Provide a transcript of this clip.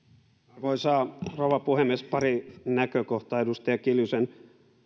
arvoisa rouva puhemies pari näkökohtaa edustaja kiljusen